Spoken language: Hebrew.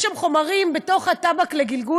כי יש שם חומרים בתוך הטבק לגלגול,